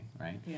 right